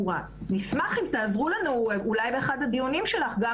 נשמח אם תעזרו לנו - אולי באחד הדיונים שלך גם